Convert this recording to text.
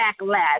backlash